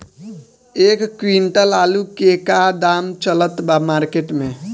एक क्विंटल आलू के का दाम चलत बा मार्केट मे?